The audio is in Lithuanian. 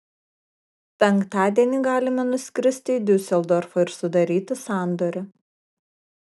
penktadienį galime nuskristi į diuseldorfą ir sudaryti sandorį